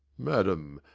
madam,